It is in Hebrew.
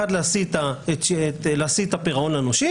התכלית הראשונה היא להשיא את הפירעון לנושים,